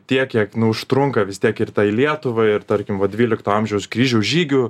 tiek kiek nu užtrunka vis tiek ir tai lietuvai ir tarkim va dvylikto amžiaus kryžiaus žygių